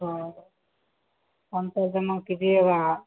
हाँ पाँच साल जमा कीजिएगा